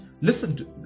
listen